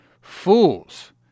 Fools